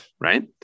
right